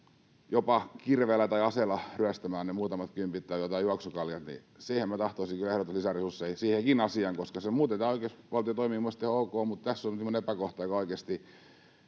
jopa kirveellä tai aseella ryöstämään ne muutamat kympit tai jotkut juoksukaljat, niin siihen minä tahtoisin kyllä ehdottomasti lisää resursseja — siihenkin asiaan. Muuten tämä oikeusvaltio toimii minun mielestäni ihan ok, mutta tässä on semmoinen epäkohta, joka oikeasti